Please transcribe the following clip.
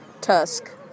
Tusk